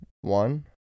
One